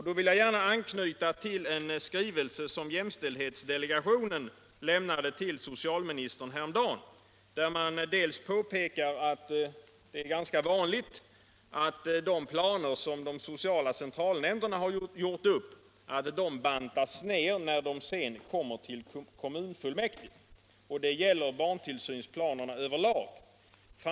Då vill jag gärna anknyta till en skrivelse som jämställdhetsdelegationen lämnade till socialministern häromdagen. Där påpekar man att det är ganska vanligt att de planer som de sociala centralnämnderna har gjort upp bantas ned när de kommer till kommunfullmäktige. Det gäller barntillsynsplanerna över lag.